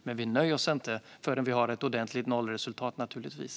Men vi nöjer oss inte förrän vi har ett nollresultat, naturligtvis.